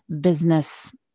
business